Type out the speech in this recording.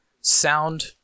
sound